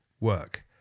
work